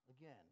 again